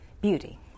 beauty